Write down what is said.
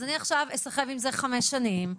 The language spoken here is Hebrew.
אז אני עכשיו אסחב עם זה חמש שנים,